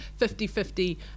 50-50